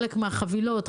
חלק מהחבילות,